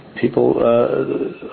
people